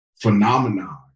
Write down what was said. phenomenon